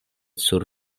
sur